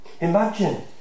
Imagine